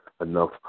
Enough